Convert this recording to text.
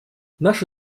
наши